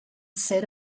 said